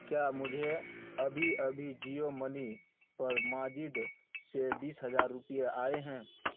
کیا مجھے ابھی ابھی جیو منی پر ماجد سے بیس ہزار روپئے آئے ہیں